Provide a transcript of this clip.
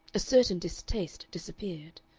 a certain distaste disappeared.